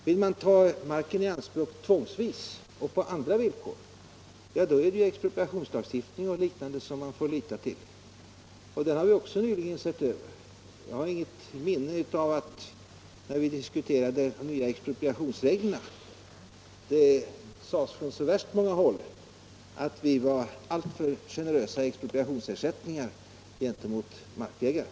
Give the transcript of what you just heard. Vill man ta marken i anspråk tvångsvis och på andra villkor, är det ju expropriationslagstiftningen m.m. som man får lita till. Den har vi också nyligen sett över. Jag har inget minne av att det, när vi diskuterade de nya expropriationsreglerna, sades från så värst många håll att vi var alltför generösa i fråga om ersättningar till markägaren.